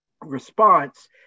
response